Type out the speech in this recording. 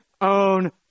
own